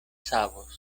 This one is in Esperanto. savos